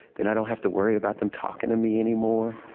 then i don't have to worry about them talking to me anymore